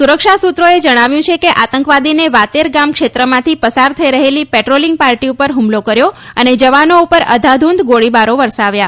સુરક્ષા સુત્રોએ જણાવ્યું કે આતંકવાદીને વાતેર ગામ ક્ષેત્રમાંથી પસાર થઈ રહેલી પેટ્રોલીંગ પાર્ટી પર હુમલો કર્યો અને જવાનો પર અંધાધુધ ગોળીઓ વરસાવી